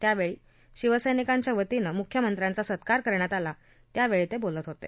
यावेळी शिवसैनिकांच्या वतीन मुख्यमंत्र्यांचा सत्कार करण्यात आला त्यावेळी ते बोलत होते